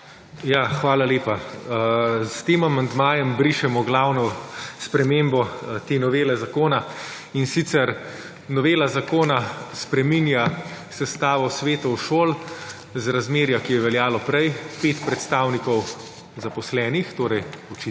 Ja, hvala lepa. S tem amandmajem brišemo glavno spremembo te novele zakona in sicer, novela zakona spreminja sestavo svetov šol, za razmerja, ki je veljalo prej – 5 predstavnikov zaposlenih, torej